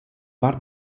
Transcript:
vart